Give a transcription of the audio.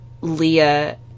Leah